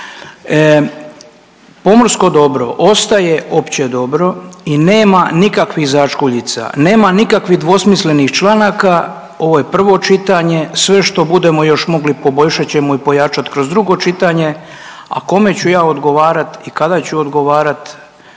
Pomorsko dobro ostaje opće dobro i nema nikakvih začkuljica, nema nikakvih dvosmislenih članaka, ovo je prvo čitanje, sve što budemo još mogli poboljšati ćemo i pojačati kroz drugo čitanje, a kome ću ja odgovarat i kada ću odgovarat,